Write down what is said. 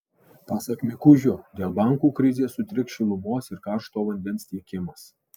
pasak mikužio dėl bankų krizės sutriks šilumos ir karšto vandens tiekimas